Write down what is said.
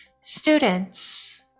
Students